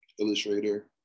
illustrator